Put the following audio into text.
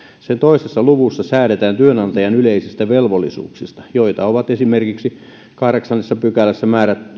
sen toisessa luvussa säädetään työnantajan yleisistä velvollisuuksista joita ovat esimerkiksi kahdeksannessa pykälässä